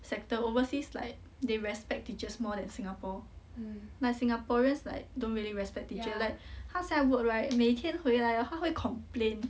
sector overseas like they respect teachers more than Singapore like singaporeans like don't really respect teacher like 她现在 work right 每天回来 hor 她会 complain